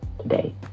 today